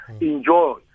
Enjoy